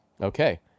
Okay